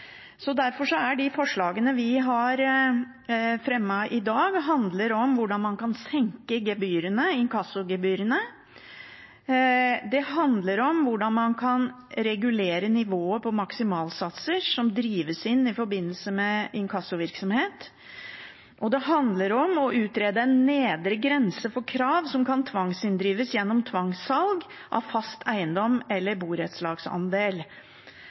Derfor handler de forslagene vi har fremmet i dag, om hvordan man kan senke inkassogebyrene. Det handler om hvordan man kan regulere nivået på maksimalsatser som drives inn i forbindelse med inkassovirksomhet. Og det handler om å utrede en nedre grense for krav som kan tvangsinndrives gjennom tvangssalg av fast eiendom eller borettslagsandel.